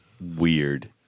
weird